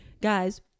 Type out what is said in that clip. guys